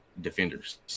defenders